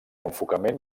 enfocament